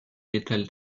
metal